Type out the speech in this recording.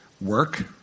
work